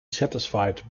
satisfied